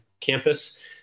campus